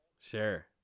Sure